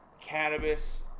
cannabis